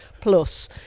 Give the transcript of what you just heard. plus